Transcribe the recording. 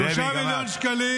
3 מיליון שקלים